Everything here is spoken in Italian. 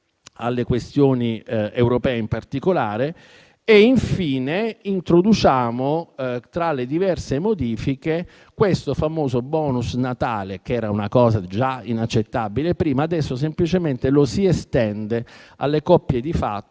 alle questioni europee in particolare. Infine introduciamo, tra le diverse modifiche, questo famoso *bonus* Natale, una misura già inaccettabile prima. Adesso lo si estende alle coppie di fatto,